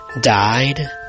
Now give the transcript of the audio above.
died